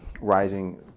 rising